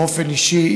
באופן אישי,